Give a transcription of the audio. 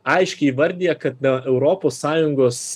aiškiai įvardija kad ne europos sąjungos